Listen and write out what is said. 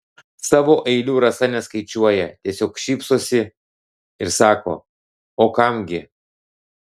savo eilių rasa neskaičiuoja tiesiog šypsosi ir sako o kam gi